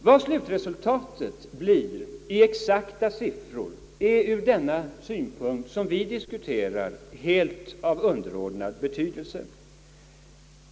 Vad slutresultatet blir i exakta siffror är ur den synvinkel som vi nu diskuterar helt av underordnad betydelse.